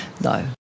No